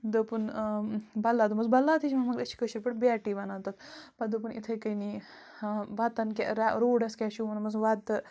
دوٚپُن بَلا دوٚپمَس بَلا تہِ چھِ مگر أسۍ چھِ کٲشِرۍ پٲٹھۍ بیٹٕے وَنان تَتھ پَتہٕ دوٚپُن یِتھَے کٔنی وَتَن کیٛاہ رَ روڈَس کیٛاہ چھُو ووٚنمَس وَتہٕ